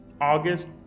august